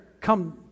come